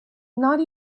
not